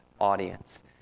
audience